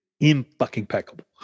impeccable